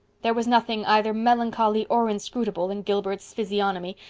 there was nothing either melancholy or inscrutable in gilbert's physiognomy,